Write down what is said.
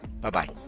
Bye-bye